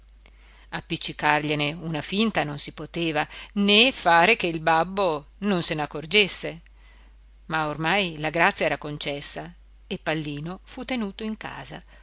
fa appiccicargliene una finta non si poteva né fare che il babbo non se n'accorgesse ma ormai la grazia era concessa e pallino fu tenuto in casa